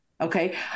Okay